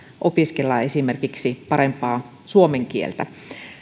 opiskellaan esimerkiksi parempaa suomen kieltä